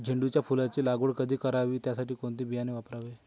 झेंडूच्या फुलांची लागवड कधी करावी? त्यासाठी कोणते बियाणे वापरावे?